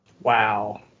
Wow